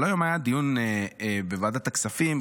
אבל היום היה דיון בוועדת הכספים,